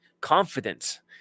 confidence